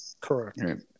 Correct